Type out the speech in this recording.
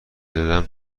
زدم